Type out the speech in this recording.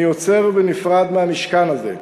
אני עוצר ונפרד מהמשכן הזה.